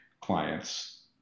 clients